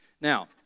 Now